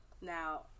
Now